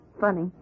Funny